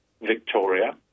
Victoria